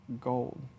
gold